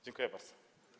Dziękuję bardzo.